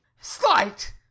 Slight